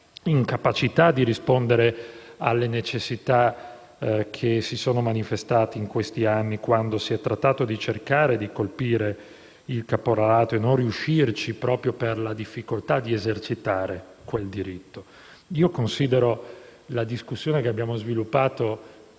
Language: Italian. incapacità di rispondere alle necessità che si sono manifestate in questi anni quando si è trattato di cercare di colpire il caporalato, non riuscendoci proprio per la difficoltà di esercitare quel diritto. Considero la discussione che abbiamo sviluppato